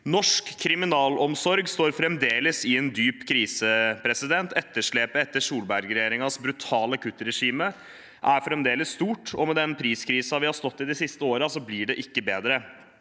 Norsk kriminalomsorg står fremdeles i en dyp krise. Etterslepet etter Solberg-regjeringens brutale kuttregime er fremdeles stort, og med den priskrisen vi har stått i de siste årene, blir det ikke bedre.